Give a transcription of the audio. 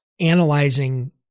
analyzing